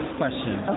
question